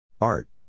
Art